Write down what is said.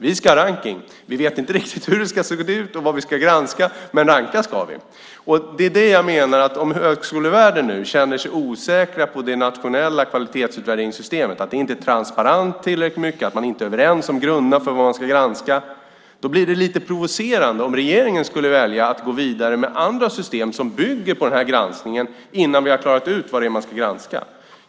Vi ska ha rankning. Vi vet inte riktigt hur det ska se ut och vad vi ska granska, men ranka ska vi. Om man i högskolevärlden känner sig osäker på det nationella kvalitetsutvärderingssystemet, och tycker att det inte är tillräckligt transparent och om man inte är överens om grunderna för vad man ska granska blir det lite provocerande om regeringen väljer att gå vidare med andra system som bygger på den här granskningen innan vi har klarat ut vad det är man ska granska.